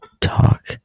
talk